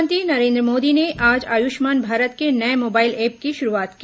प्रधानमंत्री नरेंद्र मोदी ने आज आयुष्मान भारत के नये मोबाइल ऐप की शुरूआत की